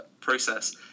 process